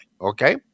okay